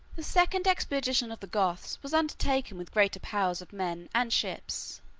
the second expedition of the goths was undertaken with greater powers of men and ships